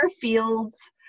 fields